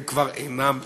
הם כבר אינם אתנו,